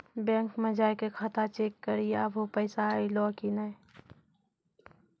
bank मे जाय के खाता चेक करी आभो पैसा अयलौं कि नै